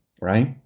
Right